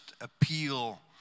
appeal